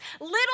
little